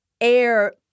air